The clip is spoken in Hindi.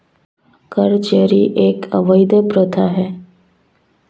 कर चोरी एक अवैध प्रथा है